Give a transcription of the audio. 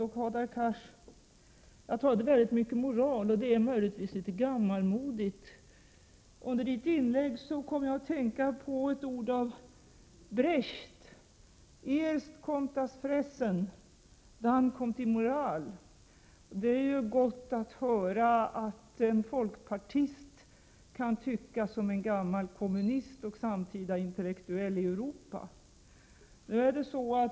Jag talade mycket om moral, och det är möjligtvis litet gammalmodigt. Under Hadar Cars inlägg kom jag att tänka på ett ord av Brecht: Erst kommt das Fressen, dann kommt die Moral. Det är ju gott att höra att en folkpartist kan tycka som en gammal kommunist och samtida intellektuell i Europa.